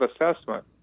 assessment